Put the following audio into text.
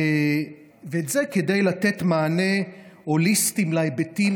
וזה כדי לתת מענה הוליסטי להיבטים